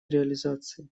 реализации